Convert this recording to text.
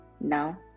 Now